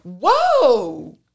Whoa